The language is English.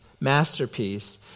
Masterpiece